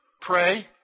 Pray